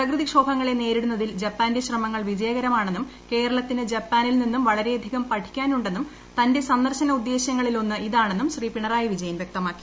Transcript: പ്രകൃതിക്ഷോഭങ്ങളെ പ്രസ്തിടുന്നതിൽ ജപ്പാന്റെ ശ്രമങ്ങൾ വിജയകരമാണെന്നുഐ കേരളത്തിന് ജപ്പാനിൽ നിന്നും വളരെയധികം പഠിക്കാനു ന്നും തന്റെ സന്ദർശന ഉദ്ദേശ്യങ്ങളിലൊന്ന് ഇതാണെന്നും ശ്രീ പിണറായി വിജയൻ വ്യക്തമാക്കി